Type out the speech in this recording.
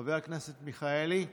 חבר הכנסת מלכיאלי.